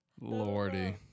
Lordy